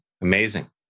amazing